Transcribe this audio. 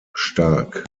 stark